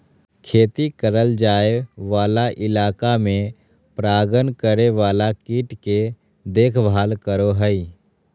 खेती करल जाय वाला इलाका में परागण करे वाला कीट के देखभाल करो हइ